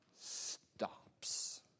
stops